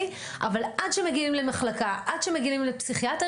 אבל עד שמגיעים למחלקה ומגיעים לפסיכיאטר